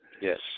Yes